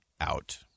out